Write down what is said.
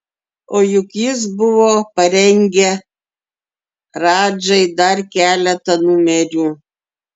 o juk jis buvo parengę radžai dar keletą numerių